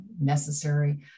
necessary